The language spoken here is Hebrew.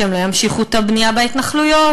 שהם לא ימשיכו את הבנייה בהתנחלויות,